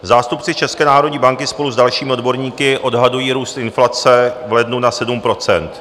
Zástupci České národní banky spolu s dalšími odborníky odhadují růst inflace v lednu na 7 %.